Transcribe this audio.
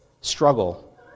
struggle